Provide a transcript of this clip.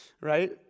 right